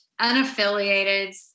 Unaffiliated